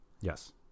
Yes